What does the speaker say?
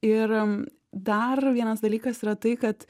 ir dar vienas dalykas yra tai kad